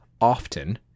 often